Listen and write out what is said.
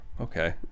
okay